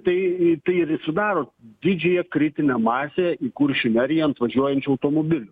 tai tai ir sudaro didžiąją kritinę masę į kuršių neriją ant važiuojančių automobilių